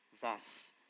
Thus